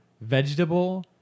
vegetable